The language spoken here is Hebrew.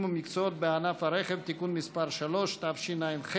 ומקצועות בענף הרכב (תיקון מס' 3),